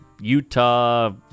Utah